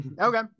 Okay